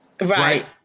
Right